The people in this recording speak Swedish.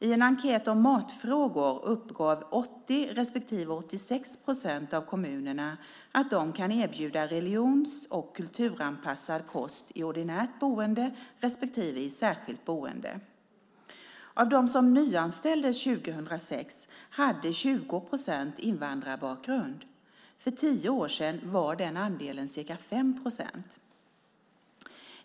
I en enkät om matfrågor uppgav 80 respektive 86 procent av kommunerna att de kan erbjuda religions eller kulturanpassad kost i ordinärt boende respektive i särskilt boende. Av dem som nyanställdes 2006 hade 20 procent invandrarbakgrund. För tio år sedan var den andelen ca 5 procent.